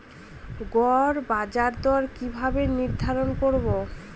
গড় বাজার দর কিভাবে নির্ধারণ করব?